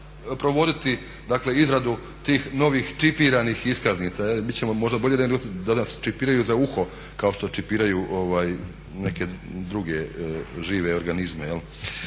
provoditi dakle izradu tih novih čipiranih iskaznica. Možda bolje da nas čipiraju za uho kao što čipiraju neke druge žive organizme